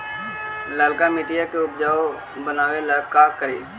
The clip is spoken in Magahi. लालका मिट्टियां के उपजाऊ बनावे ला का करी?